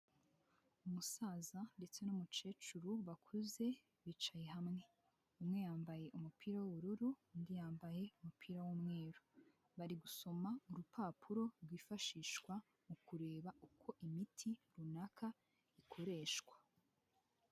Umusaza ndetse n’umukecuru bakuze bicaye hamwe, umwe yambaye umupira w'ubururu undi yambaye umupira w’umweru, bari gusoma urupapuro rwifashishwa mu kureba ukw’imiti runaka ikoreshwa.